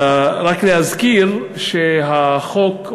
רק להזכיר שהחוק,